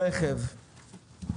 ברכב.